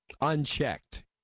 unchecked